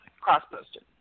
cross-posted